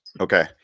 Okay